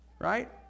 Right